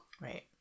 Right